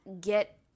get